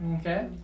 Okay